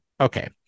Okay